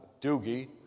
Doogie